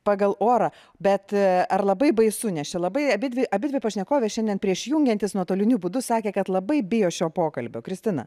pagal orą bet ar labai baisu nes čia labai abidvi abidvi pašnekovės šiandien prieš jungiantis nuotoliniu būdu sakė kad labai bijo šio pokalbio kristina